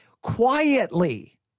quietly